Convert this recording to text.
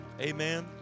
amen